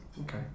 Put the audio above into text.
Okay